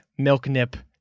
Milknip